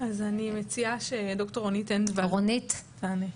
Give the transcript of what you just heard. אני מציעה שפרופ' רונית אנדולט תענה.